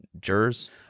jurors